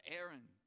Aaron